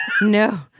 No